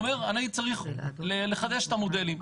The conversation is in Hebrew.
אני צריך לחדש את המודלים.